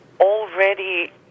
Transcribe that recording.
already